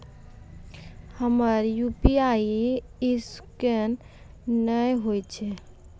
हमर UPI scan नेय हो या?